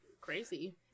crazy